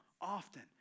often